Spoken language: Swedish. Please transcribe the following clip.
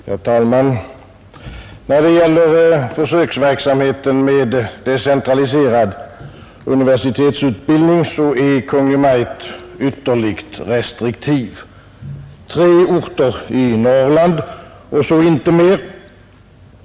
Herr talman! När det gäller försöksverksamheten med decentraliserad universitetsutbildning är Kungl. Maj:t ytterligt restriktiv. Tre orter i Norrland — och så inte mer!